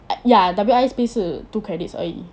ya W_S_I_P 是 two credits 而已